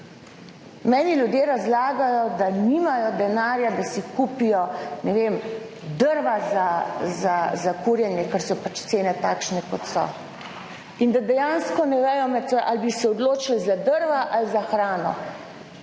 Meni ljudje razlagajo, da nimajo denarja, da si kupijo, ne vem, drva za kurjenje, ker so cene takšne kot so in da dejansko ne vedo, ali bi se odločili za drva ali za hrano